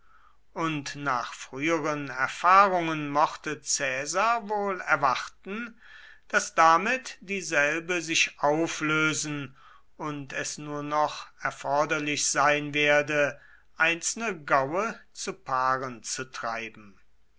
und nach früheren erfahrungen mochte caesar wohl erwarten daß damit dieselbe sich auflösen und es nur noch erforderlich sein werde einzelne gaue zu paaren zu treiben